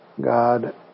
God